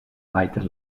weiter